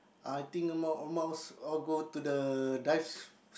I think amongst most all go to the dive